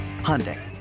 Hyundai